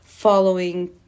following